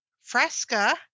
Fresca